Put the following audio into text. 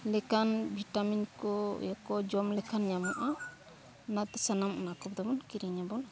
ᱞᱮᱠᱟᱱ ᱵᱷᱤᱴᱟᱢᱤᱱ ᱠᱚ ᱡᱚᱢ ᱞᱮᱠᱷᱟᱱ ᱧᱟᱢᱚᱜᱼᱟ ᱚᱱᱟᱛᱮ ᱥᱟᱱᱟᱢ ᱚᱱᱟ ᱠᱚᱫᱚ ᱵᱚᱱ ᱠᱤᱨᱤᱧ ᱟᱵᱚ